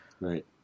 Right